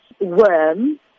worm